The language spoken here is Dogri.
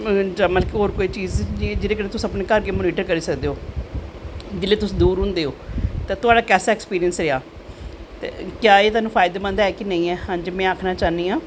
जां कोई होर चीज़ जेह्दे कन्नैं तुस अपनें घर गी मोनिटर करी सकदे ओ जिसलै तुस दो रूम देओ तां तोआढ़ा कैसा ऐक्सपिरिंस रेहा क्या एह् तुहानू फायदेमंद ऐ कि नेंई ऐ में तुहानू आखनां चाह्न्नी आं